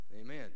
amen